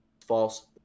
false